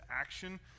action